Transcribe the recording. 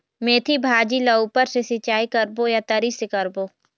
मेंथी भाजी ला ऊपर से सिचाई करबो या तरी से करबो?